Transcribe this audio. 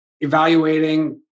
evaluating